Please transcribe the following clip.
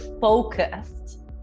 focused